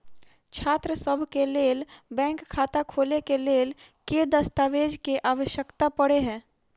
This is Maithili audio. छात्रसभ केँ लेल बैंक खाता खोले केँ लेल केँ दस्तावेज केँ आवश्यकता पड़े हय?